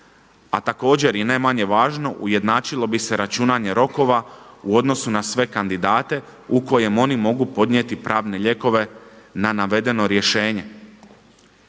a također i ne manje važno ujednačilo bi se računanje rokova u odnosu na sve kandidate u kojem oni mogu podnijeti pravne lijekove na navedeno rješenje.